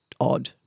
odd